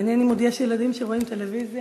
מעניין אם עוד יש ילדים שרואים טלוויזיה,